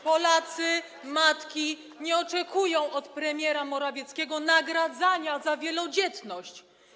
Polacy, matki nie oczekują od premiera Morawieckiego nagradzania za wielodzietność.